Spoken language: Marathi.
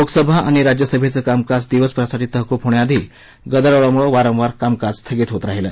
लोकसभा आणि राज्यसभेचं कामकाज दिवसभरासाठी तहकूब होण्याआधी गदारोळामुळे वारंवार कामकाज स्थगित होत राहिलं